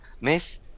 Miss